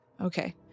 Okay